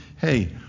hey